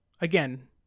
again